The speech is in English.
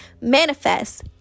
Manifest